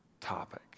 topic